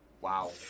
Wow